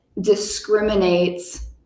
discriminates